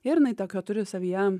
ir jinai tokio turi savyje